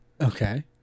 Okay